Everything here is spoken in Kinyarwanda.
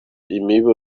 imibu